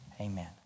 amen